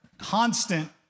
constant